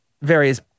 various